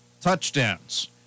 touchdowns